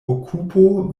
okupo